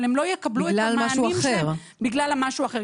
אבל הם לא יקבלו את המענים שלהם בגלל ה"משהו האחר".